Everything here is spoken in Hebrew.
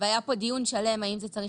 היה פה דיון שלם בשאלה של האם זה צריך